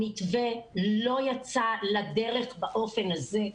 המתווה לא יצא לדרך באופן הזה.